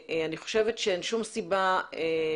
אני רוצה שתאריך הפקיעה יהיה בעוד שנה.